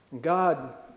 God